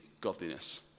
godliness